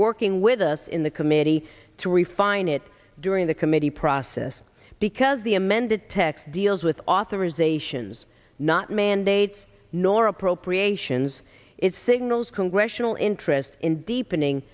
working with us in the committee to refine it during the committee process because the amended text deals with authorisations not mandates nor appropriations it signals congressional interest in deepening